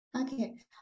Okay